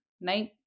night